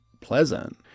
pleasant